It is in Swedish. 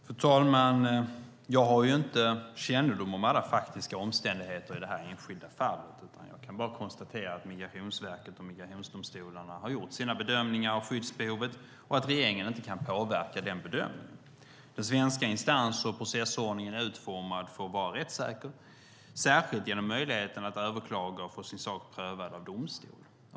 Fru talman! Jag har inte kännedom om alla faktiska omständigheter i detta enskilda fall, utan jag kan bara konstatera att Migrationsverket och migrationsdomstolarna har gjort sina bedömningar av skyddsbehovet och att regeringen inte kan påverka denna bedömning. Den svenska instans och processordningen är utformad för att vara rättssäker, särskilt genom möjligheten att överklaga och få sin sak prövad av domstol.